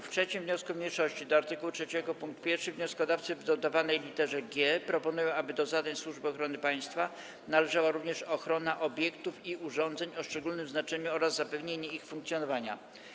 W 3. wniosku mniejszości do art. 3 pkt 1 wnioskodawcy w dodawanej lit. g proponują, aby do zadań Służby Ochrony Państwa należała również ochrona obiektów i urządzeń o szczególnym znaczeniu oraz zapewnienie ich funkcjonowania.